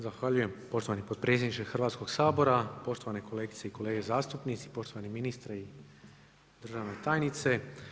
Zahvaljujem poštovani potpredsjedniče Hrvatskoga sabora, poštovane kolegice i kolege zastupnici, poštovani ministri, državna tajnice.